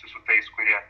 su su tais kurie